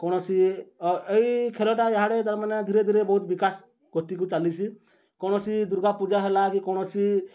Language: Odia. କୌଣସି ଏଇ ଖେଳଟା ଯାହାଡ଼େ ତାମାନେ ଧୀରେ ଧୀରେ ବହୁତ ବିକାଶ ଗତିକୁ ଚାଲିସି କୌଣସି ଦୁର୍ଗାପୂଜା ହେଲା କି କୌଣସି